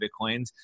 Bitcoins